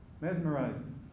mesmerizing